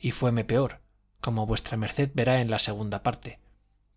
y fueme peor como v md verá en la segunda parte